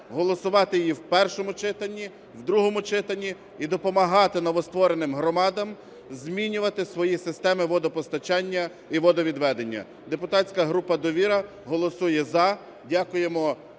голосувати її в першому читанні, в другому читанні і допомагати новоствореним громадам змінювати свої системи водопостачання і водовідведення. Депутатська група "Довіра" голосує "за". Дякуємо